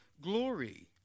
glory